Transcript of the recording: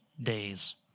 days